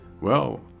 Well